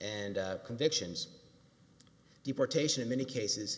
and convictions deportation in many cases